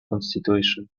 constitution